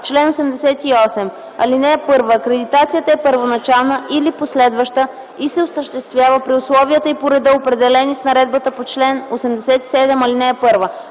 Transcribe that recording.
„Чл. 88 (1) Акредитацията е първоначална или последваща и се осъществява при условията и по реда, определени с наредбата по чл. 87, ал. 1.